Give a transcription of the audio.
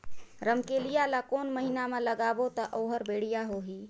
रमकेलिया ला कोन महीना मा लगाबो ता ओहार बेडिया होही?